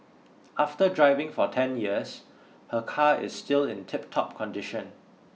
after driving for ten years her car is still in tiptop condition